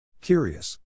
Curious